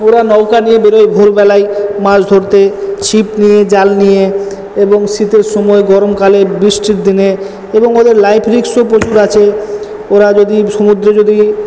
ওরা নৌকা নিয়ে বেরোয় ভোরবেলায় মাছ ধরতে ছিপ নিয়ে জাল নিয়ে এবং শীতের সময় গরমকালে বৃষ্টির দিনে এবং ওদের লাইফ রিস্কও প্রচুর আছে ওরা যদি সমুদ্রে যদি